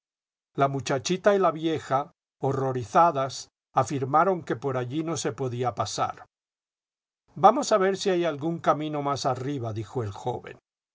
la muchachita y la vieja horrorizadas afirmaron que por allí no se podía pasar vamos a ver si hay algún camine más arriba dijo el joven